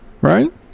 right